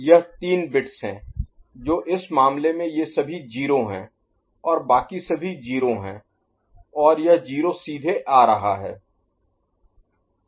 यह 3 बिट्स है तो इस मामले में ये सभी 0 हैं और बाकी सभी 0 हैं और यह 0 सीधे आ रहा है